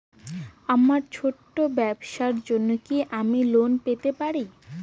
আমার ছোট্ট ব্যাবসার জন্য কি আমি লোন পেতে পারি?